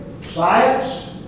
science